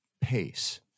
pace